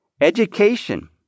Education